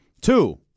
Two